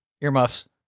Earmuffs